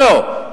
לא,